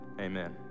Amen